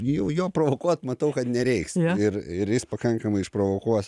jau jo provokuot matau kad nereiks ir ir jis pakankamai išprovokuos